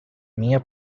minha